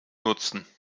nutzen